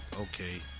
okay